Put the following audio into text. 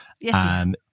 Yes